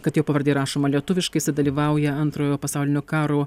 kad jo pavardė rašoma lietuviškai jisai dalyvauja antrojo pasaulinio karo